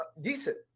decent